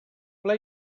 ple